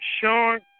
Sean